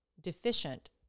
deficient